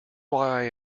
why